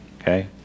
Okay